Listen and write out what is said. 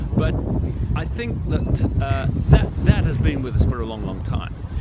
but i think that ah that that has been with us for a long, long, time.